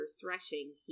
threshing